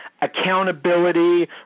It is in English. accountability